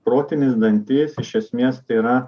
protinis dantis iš esmės tėra